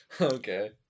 Okay